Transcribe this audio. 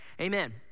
amen